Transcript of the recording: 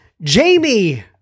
Jamie